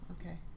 Okay